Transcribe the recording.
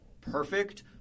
perfect